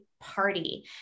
party